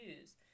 use